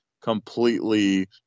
completely